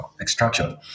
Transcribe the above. extraction